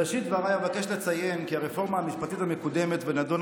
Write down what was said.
בראשית דבריי אבקש לציין כי הרפורמה המשפטית המקודמת ונדונה